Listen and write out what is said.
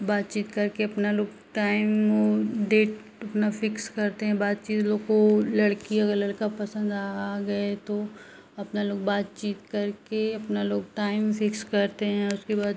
बातचीत करके अपना लोग टाइम डेट अपना फ़िक्स करते हैं बातचीत लोग को लड़की अगर लड़का पसंद आ गए तो अपना लोग बातचीत करके अपना लोग टाइम फ़िक्स करते हैं उसके बाद